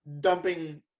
dumping